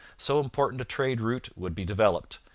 so important a trade route would be developed,